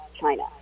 china